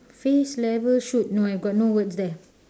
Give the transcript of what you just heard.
face level shoot no I got no words there